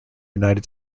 united